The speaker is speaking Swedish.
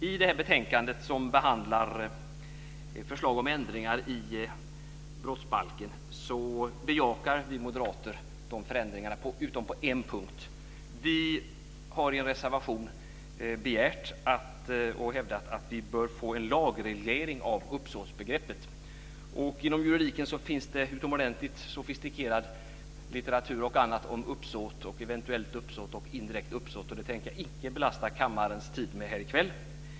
I detta betänkande, som behandlar förslag om ändringar i brottsbalken, bejakar vi moderater förändringarna utom på en punkt. Vi har i en reservation begärt och hävdat att vi bör få en lagreglering av uppsåtsbegreppet. Inom juridiken finns det utomordentligt sofistikerad litteratur och annat om uppsåt, eventuellt uppsåt och indirekt uppsåt, och det tänker jag icke belasta kammarens tid med här i kväll.